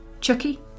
Chucky